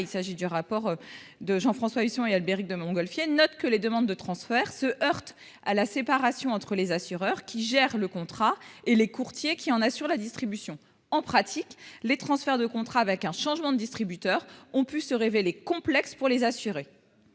Il s'agit du rapport de Jean-François Husson et Albéric de Montgolfier note que les demandes de transfert se heurte à la séparation entre les assureurs, qui gère le contrat et les courtiers qui en assure la distribution en pratique les transferts de contrats avec un changement de distributeurs ont pu se révéler complexe pour les assurés.